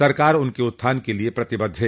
सरकार उनके उत्थान के लिये प्रतिबद्ध है